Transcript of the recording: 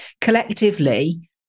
collectively